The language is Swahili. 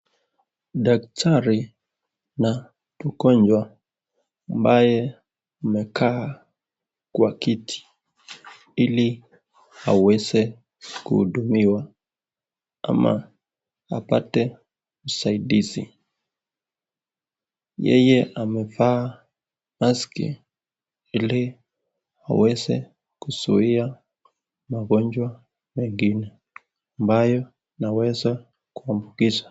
Daktari na mgonjwa ambaye amekaa kwa kiti ili aweze kuhudumiwa ama apate usaidizi. Yeye amevaa maski ili aweze kuzuia magonjwa mengine ambayo yanaweza kuambukizwa.